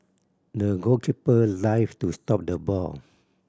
the goalkeeper dived to stop the ball